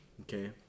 okay